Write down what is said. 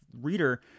reader